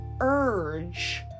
urge